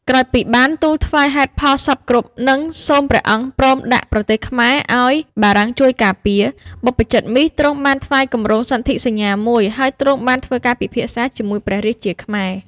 ក្រោយពីបានទូលថ្វាយហេតុផលសព្វគ្រប់ និងសូមព្រះអង្គព្រមដាក់ប្រទេសខ្មែរឱ្យបារាំងជួយការពារ បព្វជិតមីស ទ្រង់បានថ្វាយគម្រោងសន្ធិសញ្ញាមួយ ហើយទ្រង់បានធ្វើការពិភាក្សាជាមួយព្រះរាជាខ្មែរ។